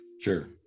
Sure